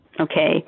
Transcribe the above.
okay